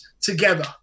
together